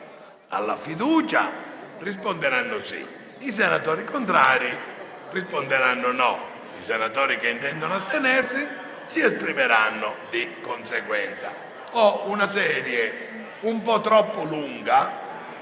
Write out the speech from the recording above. alla fiducia risponderanno sì; i senatori contrari risponderanno no; i senatori che intendono astenersi si esprimeranno di conseguenza. Ho una lista un po' troppo lunga